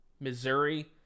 Missouri